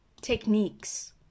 techniques